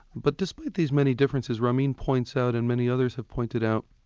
but despite these many differences, ramin points out, and many others have pointed out,